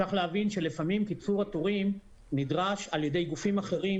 צריך להבין שלפעמים קיצור התורים נדרש על ידי גופים אחרים